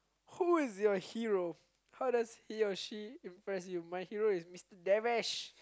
who is your hero how does he or she impress you my hero is Mister-Davish